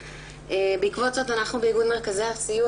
ובעקבות זאת אנחנו באיגוד מרכזי הסיוע